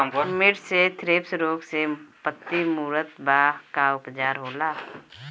मिर्च मे थ्रिप्स रोग से पत्ती मूरत बा का उपचार होला?